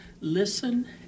listen